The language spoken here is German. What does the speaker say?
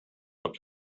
wird